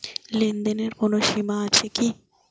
লেনদেনের কোনো সীমা আছে কি?